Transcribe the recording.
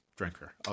drinker